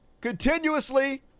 continuously